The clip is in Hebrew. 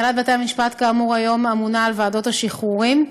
הנהלת בתי המשפט היום אמונה על ועדות השחרורים.